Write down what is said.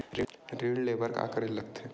ऋण ले बर का करे ला लगथे?